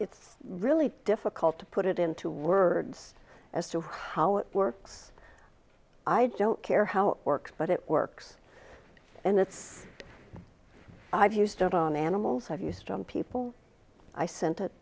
it's really difficult to put it into words as to how it works i don't care how works but it works and it's i've used it on animals i've used on people i sent it